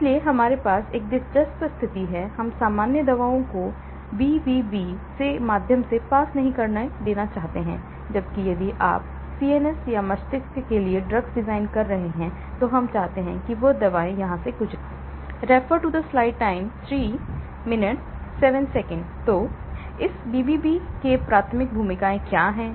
इसलिए हमारे पास एक दिलचस्प स्थिति है हम सामान्य दवाओं को BBB के माध्यम से pass नहीं करना चाहते हैं जबकि यदि आप सीएनएस या मस्तिष्क के लिए ड्रग्स डिजाइन कर रहे हैं तो हम चाहते हैं कि वे दवाएं गुजरें तो इस BBB की प्राथमिक भूमिकाएँ क्या हैं